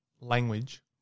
language